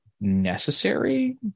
necessary